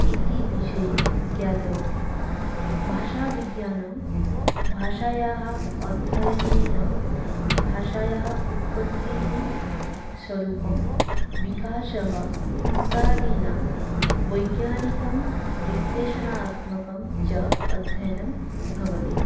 इति विषये ज्ञातवती भाषाविज्ञानं भाषायाः अध्ययनेन भाषायाः उत्पत्तिः स्वरूपं विकासः इत्यादीनां वैज्ञानिकं विश्लेषणात्मकं च अध्ययनं भवति